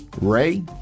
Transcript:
Ray